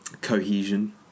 cohesion